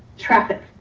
traffic,